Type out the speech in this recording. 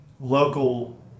local